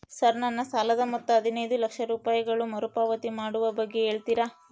Sir ನನ್ನ ಸಾಲದ ಮೊತ್ತ ಹದಿನೈದು ಲಕ್ಷ ರೂಪಾಯಿಗಳು ಮರುಪಾವತಿ ಮಾಡುವ ಬಗ್ಗೆ ಹೇಳ್ತೇರಾ?